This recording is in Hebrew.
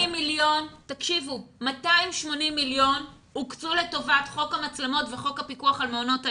280 מיליון שקלים הוקצו לטובת חוק המצלמות וחוק הפיקוח על מעונות היום.